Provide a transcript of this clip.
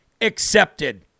accepted